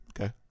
okay